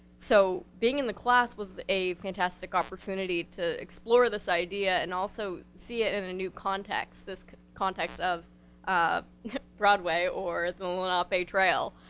so, being in the class was a fantastic opportunity to explore this idea and also see it in a new context, this context of of broadway, or the lenape trail.